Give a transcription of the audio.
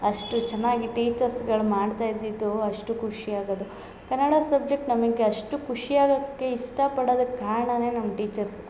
ಅಷ್ಟು ಚೆನ್ನಾಗಿ ಟೀಚರ್ಸ್ಗಳು ಮಾಡ್ತಯಿದ್ದಿದ್ದು ಅಷ್ಟು ಖುಷಿ ಆಗದು ಕನ್ನಡ ಸಬ್ಜೆಕ್ಟ್ ನಮಗೆ ಅಷ್ಟು ಖುಷಿ ಆಗಕ್ಕೆ ಇಷ್ಟ ಪಡೊದಕ್ಕೆ ಕಾರಣನೆ ನಮ್ಮ ಟೀಚರ್ಸ್